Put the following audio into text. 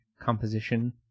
composition